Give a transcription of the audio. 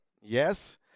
Yes